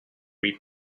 read